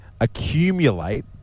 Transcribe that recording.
accumulate